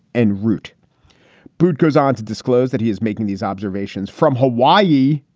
and root brewed goes on to disclose that he is making these observations from hawaii,